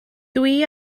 dwi